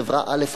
חברה א',